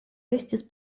estis